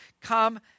come